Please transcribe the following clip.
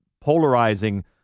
polarizing